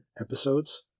episodes